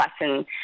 lesson